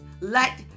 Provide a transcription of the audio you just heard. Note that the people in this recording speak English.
let